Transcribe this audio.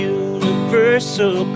universal